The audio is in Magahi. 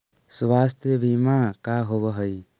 स्वास्थ्य बीमा का होव हइ?